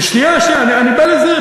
שנייה, שנייה, אני בא לזה.